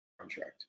contract